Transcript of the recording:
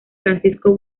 francisco